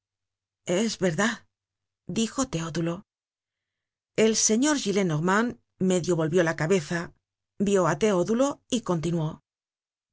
es verdad dijo teodulo el señor gillenormand medio volvió la cabeza vió á teodulo y continuó